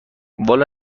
والا